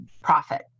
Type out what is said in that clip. profit